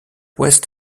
west